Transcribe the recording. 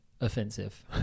offensive